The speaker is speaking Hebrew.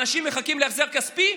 אנשים מחכים להחזר כספי,